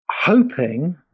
hoping